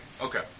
Okay